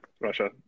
Russia